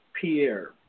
Pierre